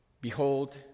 behold